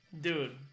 Dude